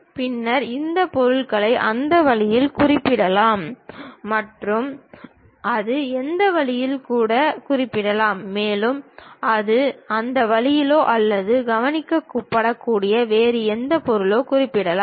பின்னர் அந்த பொருளை அந்த வழியில் குறிப்பிடலாம் அது அந்த வழியில் கூட குறிப்பிடப்படலாம் மேலும் அது அந்த வழியிலோ அல்லது கவனிக்கப்படக்கூடிய வேறு எந்த பொருளிலோ குறிப்பிடப்படலாம்